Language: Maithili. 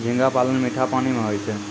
झींगा पालन मीठा पानी मे होय छै